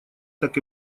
так